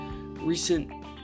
recent